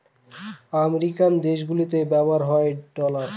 American দেশগুলিতে ব্যবহার হয় ডলার